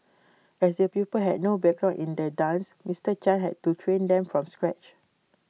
as the pupil had no background in the dance Mister chan had to train them from scratch